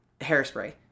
Hairspray